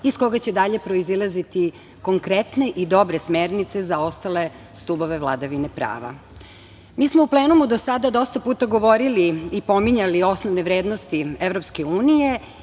iz koga će dalje proizilaziti konkretne i dobre smernice za ostale stubove vladavine prava. Mi smo u plenumu do sada dosta puta govorili i pominjali osnovne vrednosti EU i